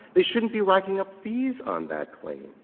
they shouldn't be racking up fees on that claim.